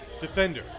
defender